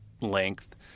length